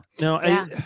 no